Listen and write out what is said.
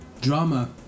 drama